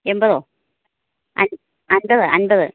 എൺപതോ അമ്പത് അമ്പത്